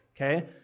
Okay